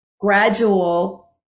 gradual